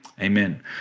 Amen